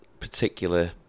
Particular